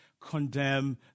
condemn